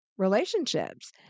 relationships